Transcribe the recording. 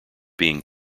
being